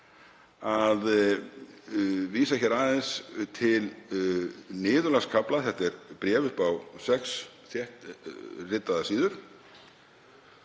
að vísa aðeins til niðurlagskafla. Þetta er bréf upp á sex þéttritaðar síður